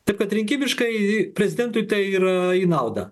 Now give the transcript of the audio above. taip kad rinkimiškai prezidentui tai yra į naudą